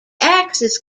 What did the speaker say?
axis